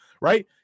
right